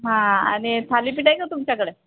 हां आणि थालीपीठ आहे का तुमच्याकडे